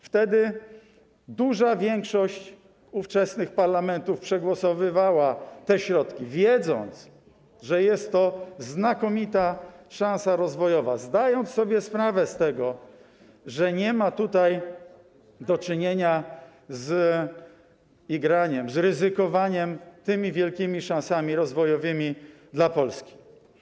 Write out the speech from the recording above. Wtedy duża większość ówczesnych parlamentów przegłosowywała te środki, wiedząc, że jest to znakomita szansa rozwojowa, zdając sobie sprawę z tego, że nie ma tutaj do czynienia z igraniem, z ryzykowaniem tymi wielkimi szansami rozwojowymi, w tym dla Polski.